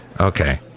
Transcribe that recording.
Okay